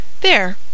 There